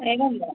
रागः वा